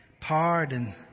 Pardon